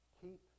keep